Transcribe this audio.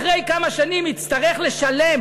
אחרי כמה שנים יצטרך לשלם,